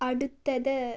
അടുത്തത്